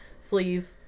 sleeve